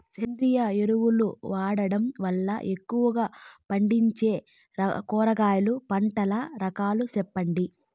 సేంద్రియ ఎరువులు వాడడం వల్ల ఎక్కువగా పంటనిచ్చే కూరగాయల పంటల రకాలు సెప్పండి?